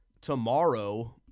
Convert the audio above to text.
tomorrow